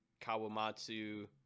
kawamatsu